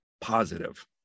positive